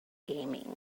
gaming